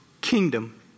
kingdom